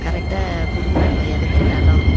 கரெக்டாக கொடுக்குறாங்கோ எது கேட்டாலும்